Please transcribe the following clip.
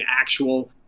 actual